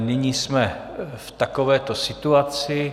Nyní jsme v takovéto situaci.